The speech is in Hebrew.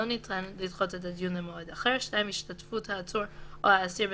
לבקשת פרקליט מחוז או ראש יחידת תביעות או בא כוחו של העצור או האסיר,